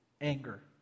anger